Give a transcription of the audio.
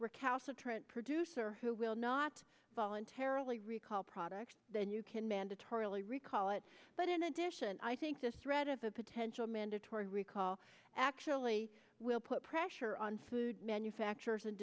recalcitrant producer who will not voluntarily recall products then you can mandatorily recall it but in addition i think this thread of a potential mandatory recall actually will put pressure on food manufacturers and